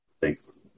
thanks